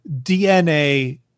DNA